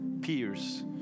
peers